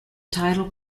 title